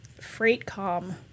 FreightCom